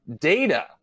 data